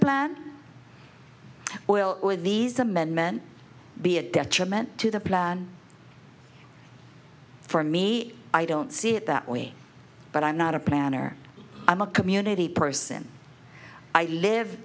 plan well these amendment be a detriment to the plan for me i don't see it that way but i'm not a planner i'm a community person i live